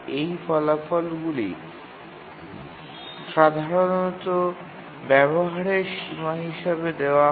এই ফলাফলগুলি সাধারণত ব্যবহারের সীমা হিসাবে দেওয়া হয়